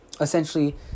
essentially